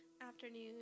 afternoon